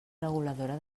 reguladora